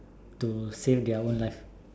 to save their own life